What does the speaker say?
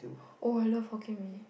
oh I love Hokkien Mee